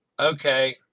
Okay